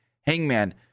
Hangman